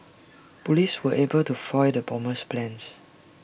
Police were able to foil the bomber's plans